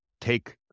take